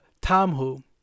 Tamhu